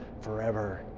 forever